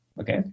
okay